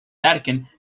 vatican